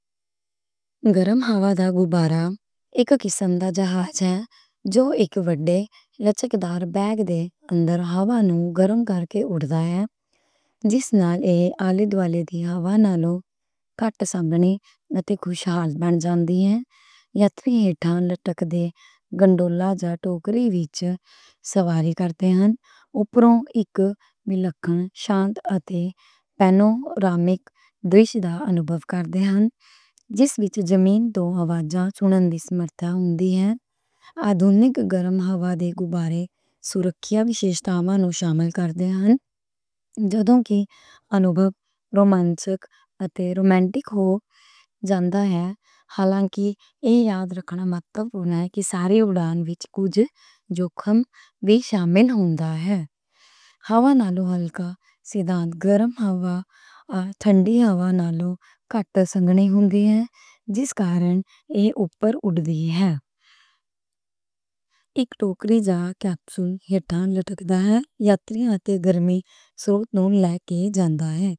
گرم ہوا دا غبارہ اک قسم دا جہاز ہے۔ جو اک وڈے ایلاسٹک بیگ دے اندر ہوا نوں گرم کرکے اڈدا ہے۔ جس نال ایہ آلے دوآلے دی ہوا نالوں کٹ سنگنی بن جاندی ہے۔ یاتری ہیٹھاں لٹکدی ٹوکری جا کیپسول وچ سواری کردے ہن۔ اتوں اک ملکن شانت اتے پینورامک دریش دا انبھؤ کردے ہن۔ جس وچ زمین توں آوازاں سنن دی سمرتھا ہوندی ہے۔ ادھنک گرم ہوا دے غبارے سرکھیا وشیشتائیں نوں شامل کردے ہن۔ جدوں کہ انبھؤ رومانچک اتے رومانٹک ہو جاندا ہے۔ حالانکہ ایہ یاد رکھنا مہتوپورن ہے کہ ساری اڈان وچ کجھ جوکھم وی شامل ہوندا ہے۔ ہوا نالوں الکا سدھان مطابق گرم ہوا ٹھنڈی ہوا نالوں کٹ سنگنی ہوندی ہے جس کارن ایہ اوپر اڈدی ہے۔ اک ٹوکری جا کیپسول ہیٹھاں لٹکدا ہے یاتریاں اتے گرمی سرُوت نوں لے کے جاندا ہے۔